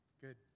Good